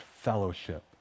fellowship